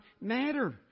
matter